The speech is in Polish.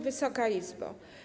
Wysoka Izbo!